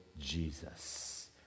Jesus